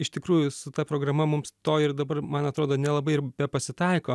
iš tikrųjų su ta programa mums to ir dabar man atrodo nelabai ir bepasitaiko